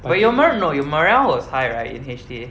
but your mor~ no your morale was high right in H_T_A